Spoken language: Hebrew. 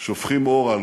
שופך אור על